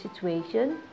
situation